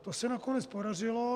To se nakonec podařilo.